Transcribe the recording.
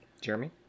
Jeremy